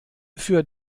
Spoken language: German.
für